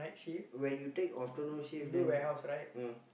when you take afternoon shift then mm